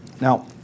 Now